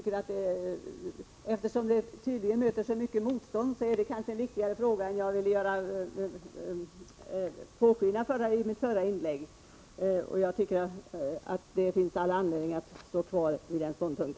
Eftersom det tydligen möter så stort motstånd, är det kanske en viktigare fråga än jag ville påskina i mitt förra inlägg. Jag tycker att det finns all anledning för oss att stå kvar vid vår ståndpunkt.